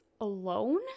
alone